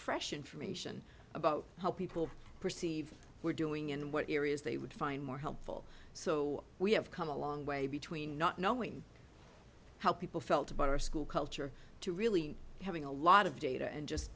fresh information about how people perceive were doing and what areas they would find more helpful so we have come a long way between not knowing how people felt about our school culture to really having a lot of data and just